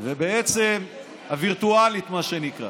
בעצם הווירטואלית, מה שנקרא.